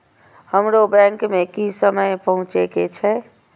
हमरो बैंक में की समय पहुँचे के छै?